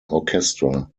orchestra